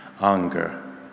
anger